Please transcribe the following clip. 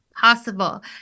possible